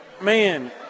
man